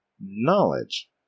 knowledge